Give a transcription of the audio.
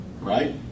right